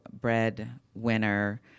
breadwinner